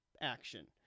action